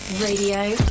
Radio